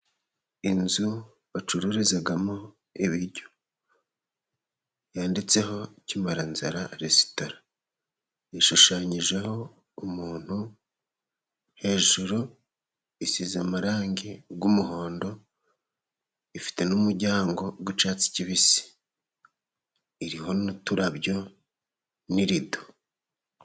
Inzu bacururizamo ibiryo yanditseho kimarazara resitora, ishushanyijeho umuntu hejuru isize amarangi y'umuhondo, ifite n'umuryango w'icyatsi kibisi iriho n'uturabyo n'irido.